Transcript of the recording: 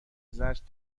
زجر